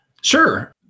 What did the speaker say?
Sure